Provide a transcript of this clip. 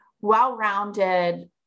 well-rounded